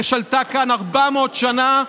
ששלטה כאן 400 שנה;